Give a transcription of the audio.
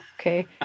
Okay